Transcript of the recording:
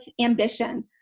ambition